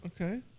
Okay